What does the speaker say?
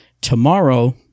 tomorrow